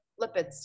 lipids